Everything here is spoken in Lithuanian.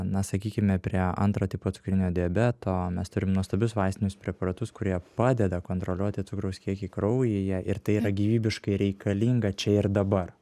na sakykime prie antro tipo cukrinio diabeto mes turim nuostabius vaistinius preparatus kurie padeda kontroliuoti cukraus kiekį kraujyje ir tai yra gyvybiškai reikalinga čia ir dabar